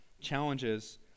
Challenges